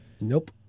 Nope